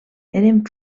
eren